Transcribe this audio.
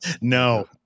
no